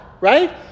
right